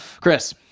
Chris